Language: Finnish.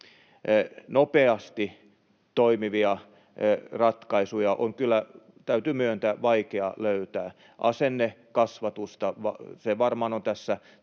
nopeasti toimivia ratkaisuja on kyllä, täytyy myöntää, vaikea löytää. Asennekasvatus varmaan on tässä